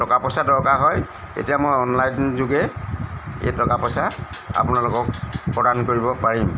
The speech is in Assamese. টকা পইচা দৰকাৰ হয় তেতিয়া মই অনলাইন যোগে এই টকা পইচা আপোনালোকক প্ৰদান কৰিব পাৰিম